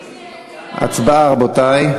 הצבעה, רבותי.